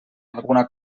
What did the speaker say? alguna